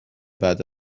بعد